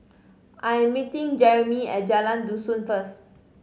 I am meeting Jeremie at Jalan Dusun first